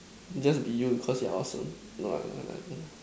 just be you cause you are awesome no lah no lah no no